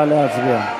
נא להצביע.